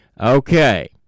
Okay